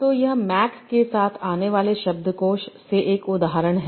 तो यह मैक के साथ आने वाले शब्दकोश से एक उदाहरण है